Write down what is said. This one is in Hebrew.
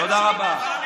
תודה רבה.